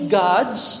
gods